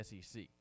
SEC